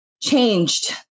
changed